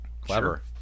Clever